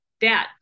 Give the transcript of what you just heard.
dad